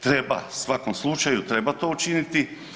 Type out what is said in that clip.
Treba, u svakom slučaju treba to učiniti.